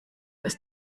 ist